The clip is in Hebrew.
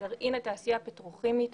לגרעין התעשייה הפטרוכימית.